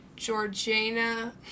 Georgina